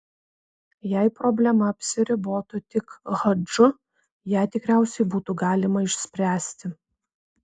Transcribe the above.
jei problema apsiribotų tik hadžu ją tikriausiai būtų galima išspręsti